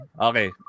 Okay